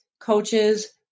coaches